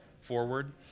forward